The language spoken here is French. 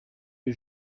les